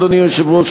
אדוני היושב-ראש,